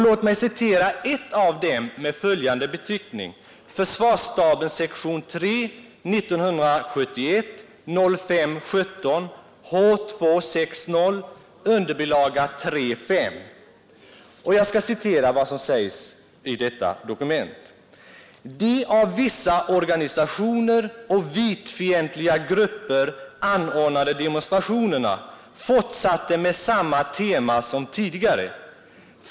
Låt mig citera ett av dem, med följande beteckning: ”De av vissa organisationer och VIT-fientliga grupper anordnade demonstrationerna fortsatte med samma tema som tidigare.